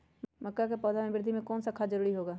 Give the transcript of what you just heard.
मक्का के पौधा के वृद्धि में कौन सा खाद जरूरी होगा?